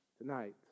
tonight